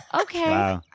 Okay